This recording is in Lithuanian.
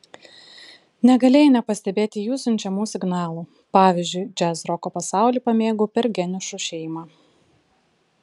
negalėjai nepastebėti jų siunčiamų signalų pavyzdžiui džiazroko pasaulį pamėgau per geniušų šeimą